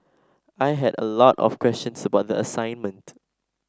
I had a lot of questions about the assignment